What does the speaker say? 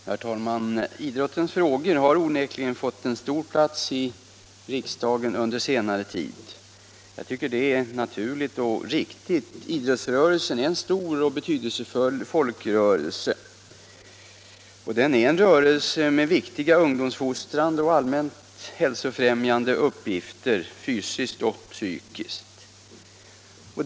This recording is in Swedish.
Herr talman! Idrottens frågor har onekligen fått en stor plats i riksdagen under senare tid. Det är naturligt och riktigt. Idrottsrörelsen är en stor och betydelsefull folkrörelse. Och den är en rörelse med viktiga ungdomsfostrande och allmänt hälsofrämjande uppgifter, fysiskt och psykiskt.